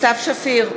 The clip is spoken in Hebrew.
סתיו שפיר,